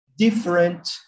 different